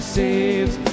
saves